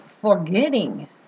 forgetting